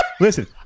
Listen